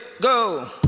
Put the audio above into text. go. (